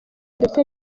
ndetse